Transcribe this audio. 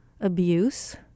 abuse